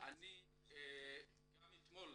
גם אתמול